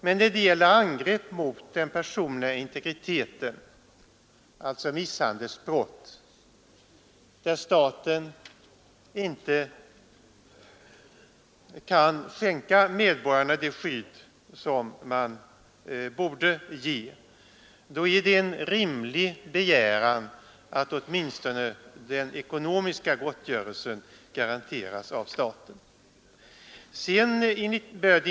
Men vid angrepp mot den personliga integriteten, alltså misshandelsbrott, där staten inte kan ge medborgarna det skydd som man borde ge, är det en rimlig begäran att staten åtminstone garanterar ekonomisk gottgörelse.